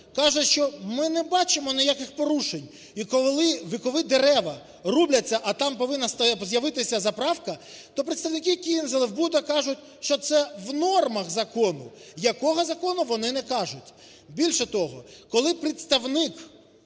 каже, що ми не бачимо ніяких порушень. І, коли вікові дерева рубляться, а там повинна з'явитися заправка, то представники "Київзеленбуду" кажуть, що це в нормах закону. Якого закону, вони не кажуть. Більше того, коли представник